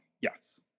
yes